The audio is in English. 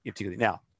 now